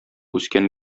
үскән